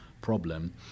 problem